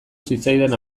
zitzaidan